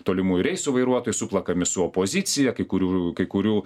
tolimųjų reisų vairuotojai suplakami su opozicija kai kurių kai kurių